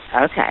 okay